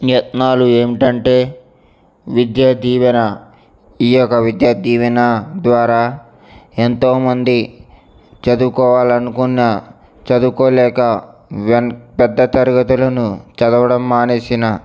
యత్నాలు ఏమిటి అంటే విద్యా దీవెన ఈ యొక్క విద్యా దీవెన ద్వారా ఎంతోమంది చదువుకోవాలనుకున్న చదువుకోలేక వెనక పెద్ద తరగతులను చదవడం మానేసిన